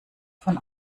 von